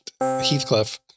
Heathcliff